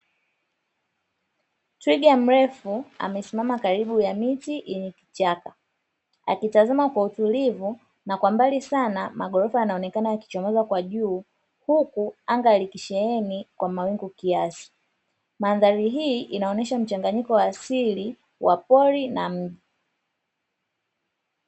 Twiga mrefu amesimama karibu ya miti yenye kichaka, akitazama kwa utulivu na kwa mbali sana maghorofa yanaonekana yakichomoza kwa juu huku anga likisheheni kwa mawingu kiasi. Mandhari hii inaonesha mchanganyiko wa asili wa pori na mji.